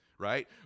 Right